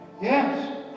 Yes